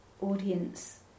audience